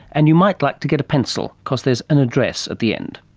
and you might like to get a pencil because there's an address at the end.